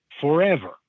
forever